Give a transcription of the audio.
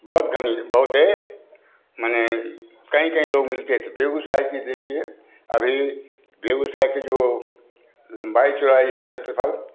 बहुत घनी बहुत माने कहीं कहीं लोग मिलते थे बेगूसराय की देखिए अभी बेगूसराय की जो लंबाई चौड़ाई है क्षेत्रफल